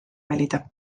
valida